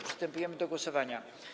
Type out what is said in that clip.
Przystępujemy do głosowania.